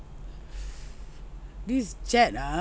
these jet ah